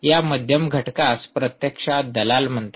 या मध्यम घटकास प्रत्यक्षात दलाल म्हणतात